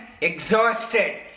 exhausted